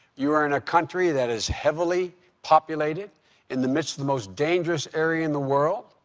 you're in a country that is heavily populated in the midst of the most dangerous area in the world.